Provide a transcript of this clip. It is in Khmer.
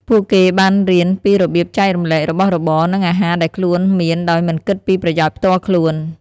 ពួកគេបានរៀនពីរបៀបចែករំលែករបស់របរ និងអាហារដែលខ្លួនមានដោយមិនគិតពីប្រយោជន៍ផ្ទាល់ខ្លួន។